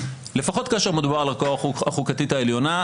לפחות כאשר מדובר על הערכאה החוקתית העליונה,